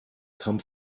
come